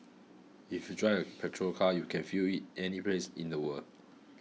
if you drive a petrol car you can fuel it any place in the world